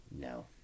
no